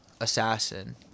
assassin